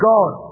God